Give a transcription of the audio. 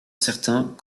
certains